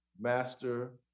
master